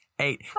eight